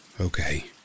Okay